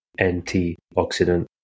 antioxidant